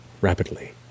rapidly